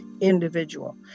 individual